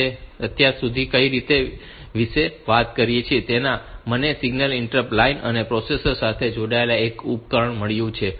તેથી મેં અત્યાર સુધી જે કંઈપણ વિશે વાત કરી છે તેમાં મને સિંગલ ઇન્ટરપ્ટ લાઇન અને પ્રોસેસર સાથે જોડાયેલ એક જ ઉપકરણ મળ્યું છે